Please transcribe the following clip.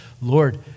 Lord